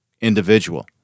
individual